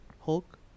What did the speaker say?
Hulk